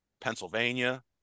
Pennsylvania